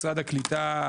משרד הקליטה,